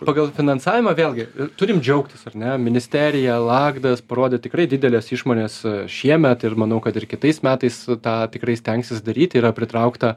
pagal finansavimą vėlgi turim džiaugtis ar ne ministerija lagdas parodė tikrai didelės išmonės šiemet ir manau kad ir kitais metais tą tikrai stengsis daryti yra pritraukta